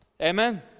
amen